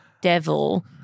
devil